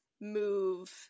move